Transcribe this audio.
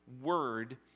word